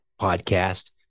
podcast